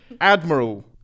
Admiral